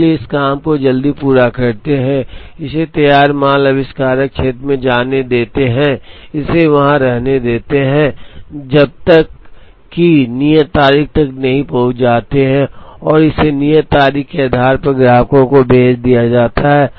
इसलिए हम काम को जल्दी पूरा करते हैं इसे तैयार माल आविष्कारक क्षेत्र में जाने देते हैं इसे वहां रहने देते हैं जब तक कि नियत तारीख तक नहीं पहुंच जाते हैं और इसे नियत तारीख के आधार पर ग्राहक को भेज दिया जाता है